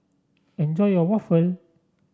enjoy your waffle